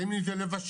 בין אם זה לבשל,